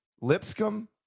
Lipscomb